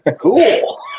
Cool